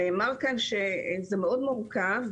נאמר כאן שזה מאוד מורכב,